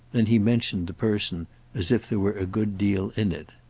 then he mentioned the person as if there were a good deal in it.